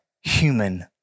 human